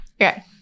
Okay